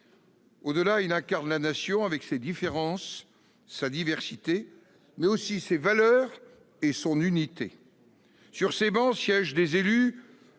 Au-delà, il incarne la Nation, avec ses différences et sa diversité, mais aussi ses valeurs et son unité. Sur ses travées siègent des élus